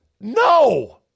No